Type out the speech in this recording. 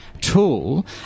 tool